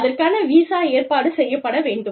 அதற்கான விசா ஏற்பாடு செய்யப்பட வேண்டும்